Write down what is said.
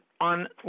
on